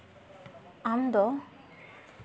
ᱟᱢᱫᱚ